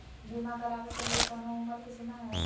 बीमा करावे के लिए कोनो उमर के सीमा है?